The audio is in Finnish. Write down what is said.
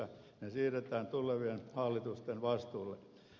ne siirretään tulevien hallitusten vastuulle